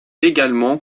également